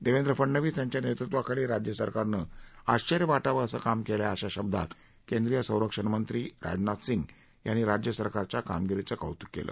देवेंद्र फडणवीस यांच्या नेतुत्वाखाली राज्य सरकारनं आश्वर्य वाटावं असं काम केलं आहे अशा शब्दांत केंद्रीय संरक्षणमंत्री राजनाथ सिंह यांनी राज्य सरकारच्या कामगिरीचं कौतुक केलं